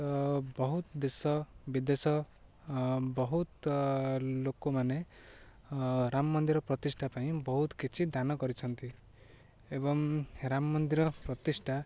ତ ବହୁତ ଦେଶ ବିଦେଶ ବହୁତ ଲୋକମାନେ ରାମ ମନ୍ଦିର ପ୍ରତିଷ୍ଠା ପାଇଁ ବହୁତ କିଛି ଦାନ କରିଛନ୍ତି ଏବଂ ରାମ ମନ୍ଦିର ପ୍ରତିଷ୍ଠା